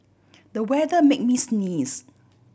the weather made me sneeze